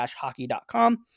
hockey.com